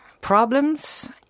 problems